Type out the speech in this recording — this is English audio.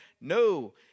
No